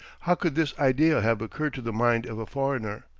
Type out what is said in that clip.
how could this idea have occurred to the mind of a foreigner,